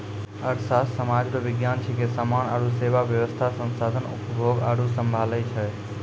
अर्थशास्त्र सामाज रो विज्ञान छिकै समान आरु सेवा वेवस्था संसाधन उपभोग आरु सम्हालै छै